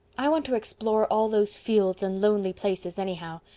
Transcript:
i want to explore all those fields and lonely places anyhow.